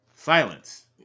Silence